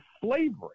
slavery